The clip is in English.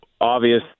obvious